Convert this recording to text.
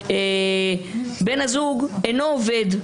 בן הזוג אינו עובד,